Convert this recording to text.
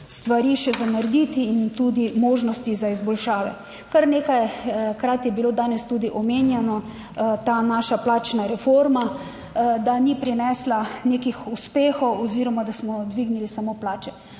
stvari še za narediti in tudi možnosti za izboljšave. Kar nekajkrat je bilo danes tudi omenjeno, ta naša plačna reforma, da ni prinesla nekih uspehov oziroma da smo dvignili samo plače.